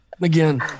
Again